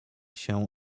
się